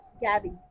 Gabby